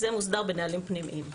זה מוסדר בנהלים פנימיים.